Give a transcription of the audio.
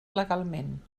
legalment